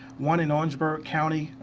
one in orangeburg county,